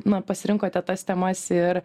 na pasirinkote tas temas ir